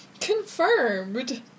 Confirmed